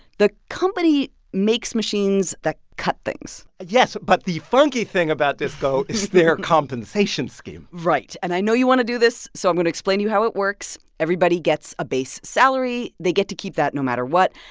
the company makes machines that cut things yes. but the funky thing about disco is their compensation scheme right. and i know you want to do this, so i'm going to explain to you how it works. everybody gets a base salary. they get to keep that no matter what.